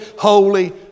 holy